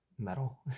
metal